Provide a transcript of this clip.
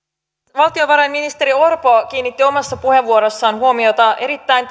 valtiovarainministeri orpo kiinnitti omassa puheenvuorossaan huomiota erittäin